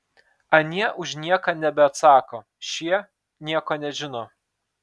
anie už nieką nebeatsako šie nieko nežino